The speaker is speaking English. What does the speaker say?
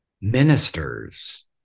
ministers